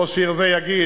ראש עיר זה יגיד: